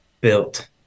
built